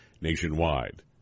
nationwide